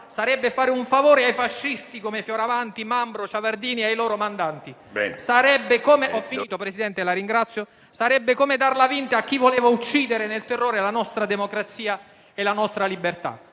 sarebbe fare un favore ai fascisti come Fioravanti, Mambro, Ciavardini e ai loro mandanti e darla vinta a chi voleva uccidere, nel terrore, la nostra democrazia e la nostra libertà.